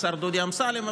השר דודי אמסלם,